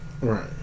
Right